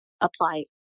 Apply